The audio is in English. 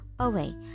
away